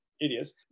idiots